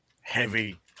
heavy